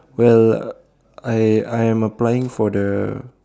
well I I am applying for the